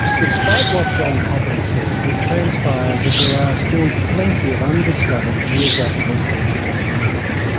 despite what jon copley says, it transpires that there are still plenty of undiscovered geographical features on land,